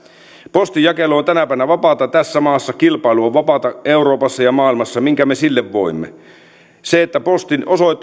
jakelu on tänä päivänä vapaata tässä maassa kilpailu on vapaata euroopassa ja maailmassa minkä me sille voimme postin